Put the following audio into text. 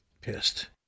pissed